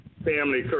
Family